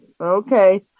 Okay